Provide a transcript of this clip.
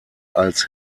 als